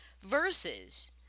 versus